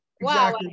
Wow